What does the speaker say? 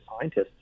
scientists